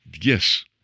Yes